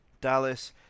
Dallas